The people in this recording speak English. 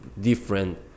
different